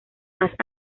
más